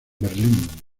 berlín